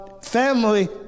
family